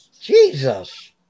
Jesus